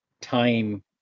time